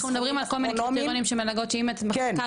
מדברים על כל מיני כיוונים של מלגות לדוגמה אם את מחזיקה